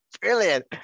brilliant